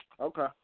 Okay